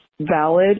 Valid